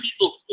people